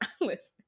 Listen